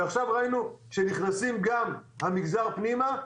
ועכשיו ראינו שנכנסים גם המגזר פנימה.